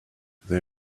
they